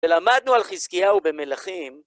ולמדנו על חזקיהו במלכים.